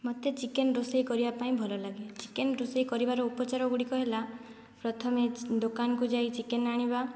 ମୋତେ ଚିକେନ ରୋଷେଇ କରିବା ପାଇଁ ଭଲ ଲାଗେ ଚିକେନ ରୋଷେଇ କରିବାର ଉପଚାର ଗୁଡ଼ିକ ହେଲା ପ୍ରଥମେ ଦୋକାନକୁ ଯାଇ ଚିକେନ ଆଣିବା